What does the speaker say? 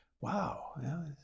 Wow